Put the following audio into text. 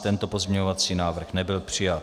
Tento pozměňovací návrh nebyl přijat.